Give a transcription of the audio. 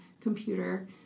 computer